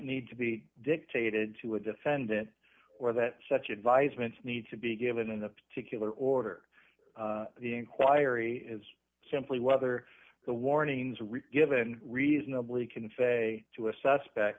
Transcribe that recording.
need to be dictated to a defendant or that such advisements need to be given in the particular order the inquiry is simply whether the warnings re given reasonably can say to a suspect